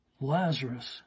Lazarus